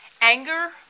Anger